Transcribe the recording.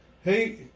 Hey